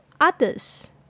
others